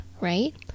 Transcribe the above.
right